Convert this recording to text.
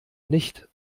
nicht